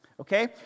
Okay